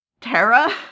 Terra